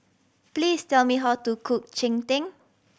please tell me how to cook cheng tng